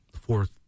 fourth